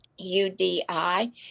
UDI